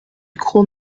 croc